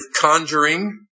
conjuring